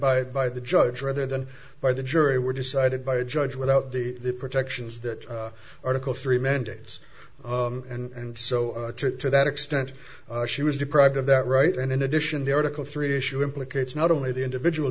by by the judge rather than by the jury were decided by a judge without the protections that article three mandates and so to that extent she was deprived of that right and in addition the article three issue implicates not only the individual